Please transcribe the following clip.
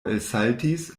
elsaltis